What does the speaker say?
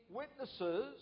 witnesses